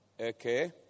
Okay